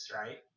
right